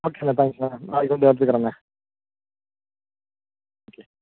ஓகேண்ணே தேங்க்ஸ்ண்ணே நாளைக்கு வந்து எடுத்துகுறேண்ணே தேங்க் யூ